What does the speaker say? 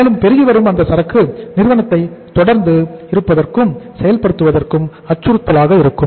மேலும் பெருகி வரும் அந்த சரக்கு நிறுவனத்தை தொடர்ந்து இருப்பதற்கும் செயல்படுவதற்கும் அச்சுறுத்தலாக இருக்கும்